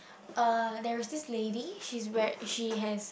uh there is this lady she's wear she has